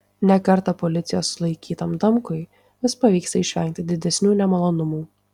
ne kartą policijos sulaikytam damkui vis pavyksta išvengti didesnių nemalonumų